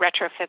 retrofit